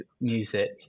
music